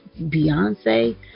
Beyonce